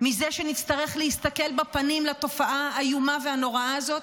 מזה שנצטרך להסתכל בפנים לתופעה האיומה והנוראה הזאת,